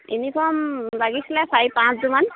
uniform লাগিছিলে চাৰি পাঁচযোৰমান